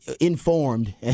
informed